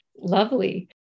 lovely